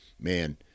man